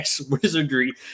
wizardry